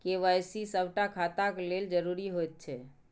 KYC सभटा खाताक लेल जरुरी होइत छै